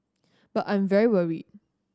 but I'm very worried